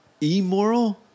immoral